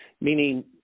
meaning